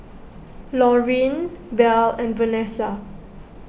Laureen Bell and Vanesa